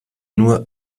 nur